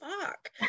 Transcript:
fuck